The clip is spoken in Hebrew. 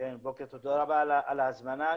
כן, תודה רבה על ההזמנה.